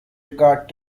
regard